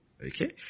Okay